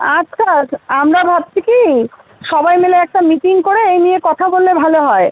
আচ্ছা আচ্ছা আমরা ভাবছি কি সবাই মিলে একটা মিটিং করে এই নিয়ে কথা বললে ভালো হয়